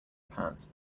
pants